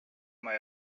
mai